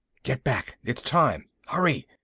get back! it's time! hurry!